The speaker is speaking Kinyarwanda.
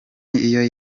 iyo